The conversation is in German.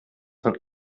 von